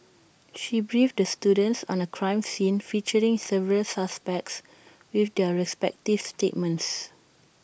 she briefed the students on A crime scene featuring several suspects with their respective statements